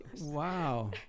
Wow